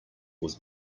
was